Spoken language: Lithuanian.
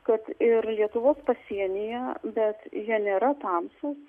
kad ir lietuvos pasienyje bet jie nėra tamsūs